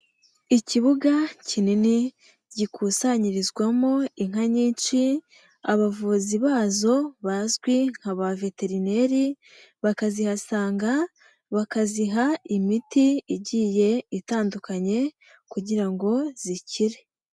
Ikibuga kinini gikusanyirizwamo inka nyinshi, abavuzi bazo bazwi nka ba veterineri bakazihasanga, bakaziha imiti igiye itandukanye kugira ngo zikire.